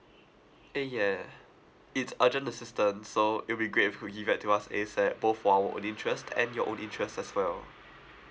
eh yeah it's urgent assistance so it'll be great if you give that to us A_S_A_P both for our own interest and your own interest as well